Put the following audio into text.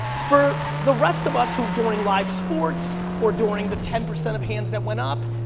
for the rest of us who during live sports or during the ten percent of hands that went up,